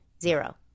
zero